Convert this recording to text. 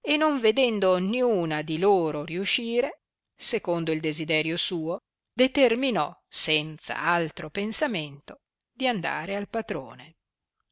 e non vedendo niuna di loro riuscire secondo il desiderio suo determinò senza altro pensamento di andare al patrone